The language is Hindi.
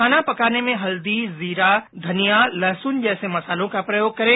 खाना पकाने में हल्दी जीरा धनिया लहसुन जैसे मसालों का प्रयोग करें